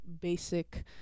basic